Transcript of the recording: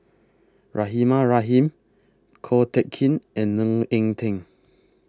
Rahimah Rahim Ko Teck Kin and Ng Eng Teng